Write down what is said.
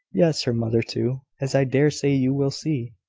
yes her mother too, as i dare say you will see.